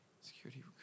security